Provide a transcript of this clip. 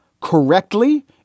correctly